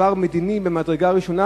עניין מדיני ממדרגה ראשונה,